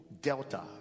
Delta